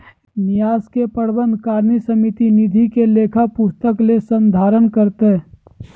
न्यास के प्रबंधकारिणी समिति निधि के लेखा पुस्तिक के संधारण करतय